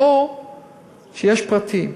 או שיש פרטי.